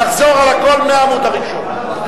נחזור על הכול מהעמוד הראשון.